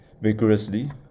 vigorously